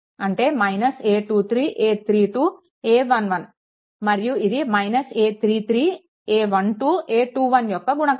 అంటే a23a32a11 మరియు ఇది a33a12a21 యొక్క గుణకారం